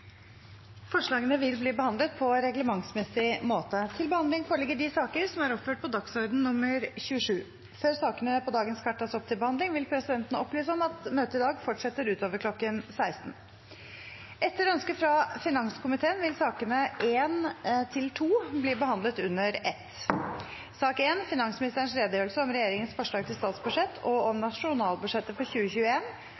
Forslagene vil bli behandlet på reglementsmessig måte. Før sakene på dagens kart tas opp til behandling, vil presidenten opplyse om at møtet i dag fortsetter utover kl. 16. Etter ønske fra finanskomiteen vil sakene nr. 1 og 2 bli behandlet under ett. Etter ønske fra finanskomiteen vil presidenten ordne debatten slik: Den fordelte taletid blir begrenset til 4 timer og